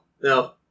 No